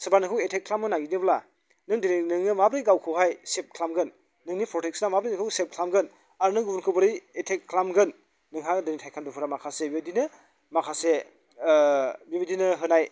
सोरबा नोंखौ एटाक खालामनो नागिरदोंब्ला नों दिनै नोङो माब्रै गावखौहाय सेभ खालामगोन नोंनि प्रटेकसना माब्रै नोंखौ सेभ खालामगोन आर नों गुबुनखौ बोरै एटाक खालामगोन नोंहा दिनै टाइकुवानडुफोरा माखासे बेबायदिनो माखासे बिबायदिनो होनाय